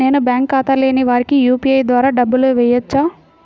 నేను బ్యాంక్ ఖాతా లేని వారికి యూ.పీ.ఐ ద్వారా డబ్బులు వేయచ్చా?